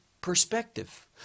perspective